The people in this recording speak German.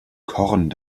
korn